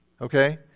Okay